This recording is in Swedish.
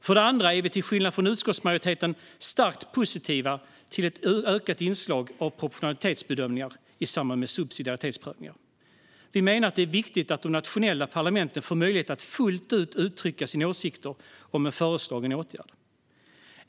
För det andra är vi till skillnad från utskottsmajoriteten starkt positiva till ett ökat inslag av proportionalitetsbedömningar i samband med subsidiaritetsprövningar. Vi menar att det är viktigt att de nationella parlamenten får möjlighet att fullt ut uttrycka sina åsikter om en föreslagen åtgärd.